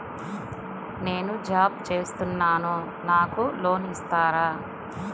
నేను జాబ్ చేస్తున్నాను నాకు లోన్ ఇస్తారా?